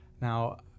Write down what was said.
Now